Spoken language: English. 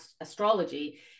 astrology